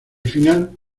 final